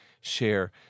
share